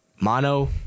mono